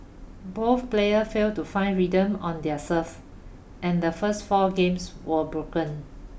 both player failed to find rhythm on their serve and the first four games were broken